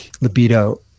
libido